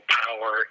power